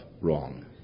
wrong